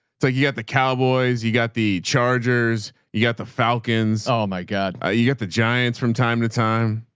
so you got the cowboys, you got the chargers, you got the falcons. oh my god, ah you got the giants from time to time.